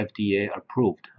FDA-approved